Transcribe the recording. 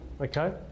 okay